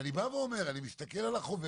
אני בא ואומר: אני מסתכל על החוברת,